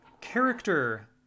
character